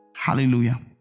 Hallelujah